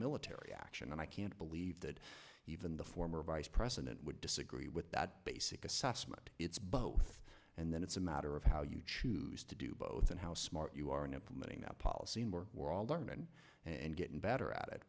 military action and i can't believe that even the former vice president would disagree with that basic assessment it's both and then it's a matter of how you choose to do both and how smart you are in policy and where we're all and getting better at it